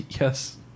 yes